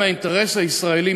חוויתי אל מול הדבר